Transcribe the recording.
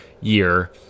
year